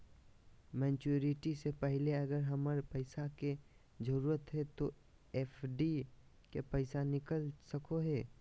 Maturity से पहले अगर हमरा पैसा के जरूरत है तो एफडी के पैसा निकल सको है?